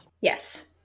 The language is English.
Yes